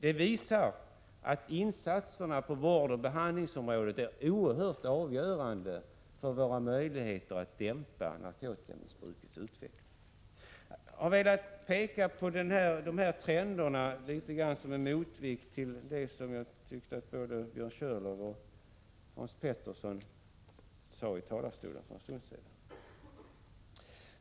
Det visar att insatserna på vårdoch behandlingsområdet är oerhört avgörande för våra möjligheter att dämpa narkotikamissbrukets utveckling. Jag har velat peka på de här trenderna som en viss motvikt till det som både Björn Körlof och Hans Petersson i Röstånga sade i talarstolen.